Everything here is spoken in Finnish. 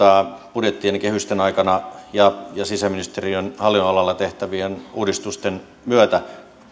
budjettien ja kehysten aikana ja sisäministeriön hallinnonalalla tehtävien uudistusten myötä